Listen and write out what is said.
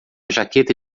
jaqueta